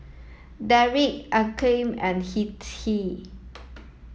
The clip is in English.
Derrick Akeem and Hettie